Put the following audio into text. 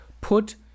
put